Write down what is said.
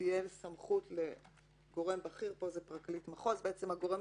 תהיה סמכות לגורם בכיר פה זה פרקליט מחוז שהוא הגורם